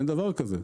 אין דבר כזה".